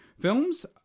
films